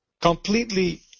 completely